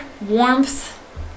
warmth